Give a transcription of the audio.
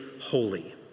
holy